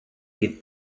під